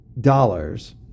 dollars